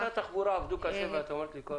התחבורה עבדו קשה ואת אומרת לי כל הכבוד.